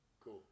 Cool